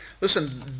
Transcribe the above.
Listen